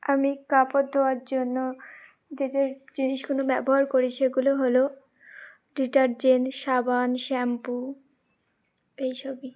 আমি কাপড় ধোয়ার জন্য যে যে জিনিসগুলো ব্যবহার করি সেগুলো হলো ডিটারজেন্ট সাবান শ্যাম্পু এই সবই